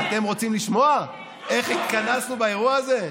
אתם רוצים לשמוע איך התכנסנו באירוע הזה?